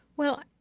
well,